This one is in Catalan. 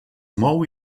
mou